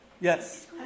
Yes